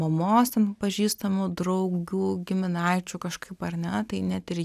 mamos ten pažįstamų draugių giminaičių kažkaip ar ne tai net ir